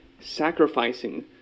sacrificing